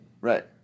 Right